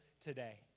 today